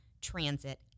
transit